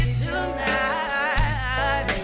tonight